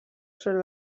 sobre